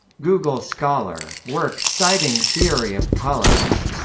google scholar works citing theory of colours